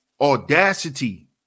audacity